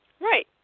Right